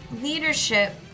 leadership